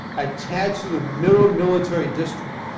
attached to the middle military district.